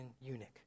eunuch